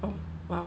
oh !wow!